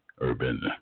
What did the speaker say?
Urban